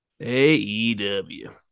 AEW